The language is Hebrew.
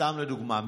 סתם לדוגמה,